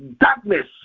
Darkness